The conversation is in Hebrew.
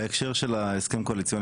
בהקשר של ההסכם הקואליציוני,